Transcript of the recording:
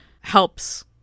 helps